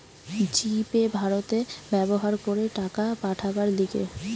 জি Pay ভারতে ব্যবহার করে টাকা পাঠাবার লিগে